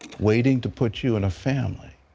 waiting to put you in a family,